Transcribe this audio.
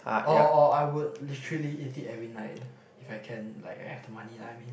oh oh oh I would naturally eat it every night if I can like I have the money I mean